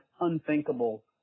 unthinkable